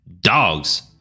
dogs